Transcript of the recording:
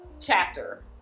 chapter